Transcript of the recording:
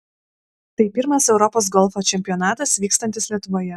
tai pirmas europos golfo čempionatas vykstantis lietuvoje